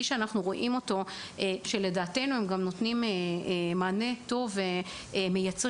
שלדעתנו נותן מענה טוב ויוצר